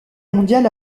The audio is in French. mondiale